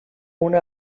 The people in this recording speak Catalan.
una